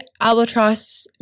Albatross